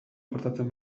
portatzen